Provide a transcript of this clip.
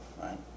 Right